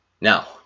Now